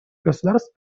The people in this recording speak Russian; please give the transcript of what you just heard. государств